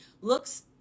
looks